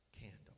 candle